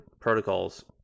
protocols